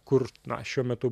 kur na šiuo metu